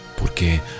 porque